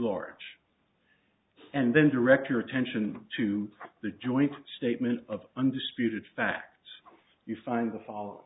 large and then direct your attention to the joint statement of undisputed fact you find the foll